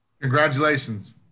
Congratulations